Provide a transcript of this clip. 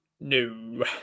No